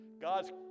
God's